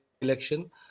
election